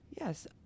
Yes